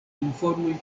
informoj